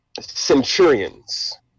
centurions